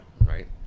Right